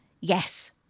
Yes